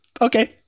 okay